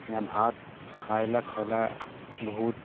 हियाँ भात खाइ लए खाइ लए बहुत